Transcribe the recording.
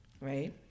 right